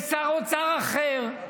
יהיה שר אוצר אחר.